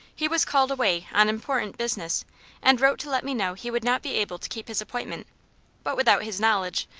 he was called away on important business and wrote to let me know he would not be able to keep his appointment but without his knowledge,